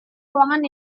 ruangan